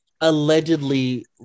allegedly